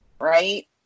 right